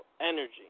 energy